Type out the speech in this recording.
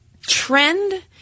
trend